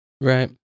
Right